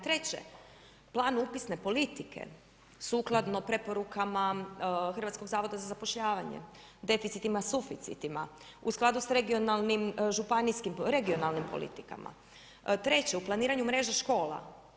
Treće, plan upisne politike sukladno preporukama Hrvatskog zavoda za zapošljavanje, deficitima, suficitima u skladu sa regionalnim županijskim politikama, treće u planiranju mreže škola.